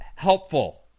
Helpful